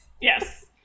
Yes